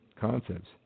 concepts